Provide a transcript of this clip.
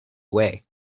away